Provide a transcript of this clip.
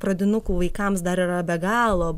pradinukų vaikams dar yra be galo